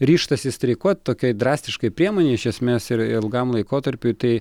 ryžtasi streikuot tokiai drastiškai priemonei iš esmės ir ilgam laikotarpiui tai